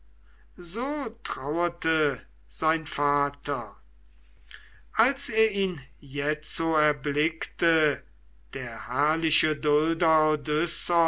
so traurte sein vater als er ihn jetzo erblickte der herrliche